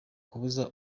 kubuza